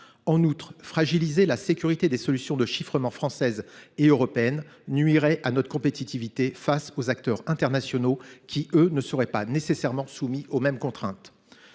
En outre, fragiliser la sécurité des solutions de chiffrement françaises et européennes nuirait à notre compétitivité face aux acteurs internationaux qui, eux, ne seraient pas nécessairement soumis aux mêmes contraintes.